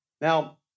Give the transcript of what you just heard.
Now